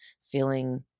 feeling